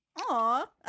Aw